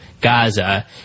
Gaza